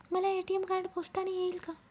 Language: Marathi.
मला ए.टी.एम कार्ड पोस्टाने येईल का?